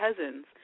cousins